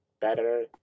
better